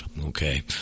Okay